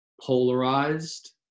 polarized